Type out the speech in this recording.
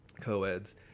co-eds